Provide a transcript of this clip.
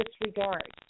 disregard